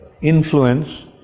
influence